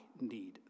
need